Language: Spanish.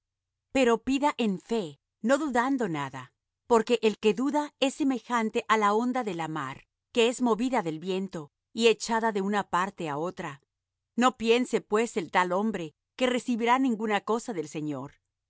pero pida en fe no dudando nada porque el que duda es semejante á la onda de la mar que es movida del viento y echada de una parte á otra no piense pues el tal hombre que recibirá ninguna cosa del señor